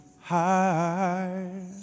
high